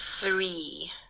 three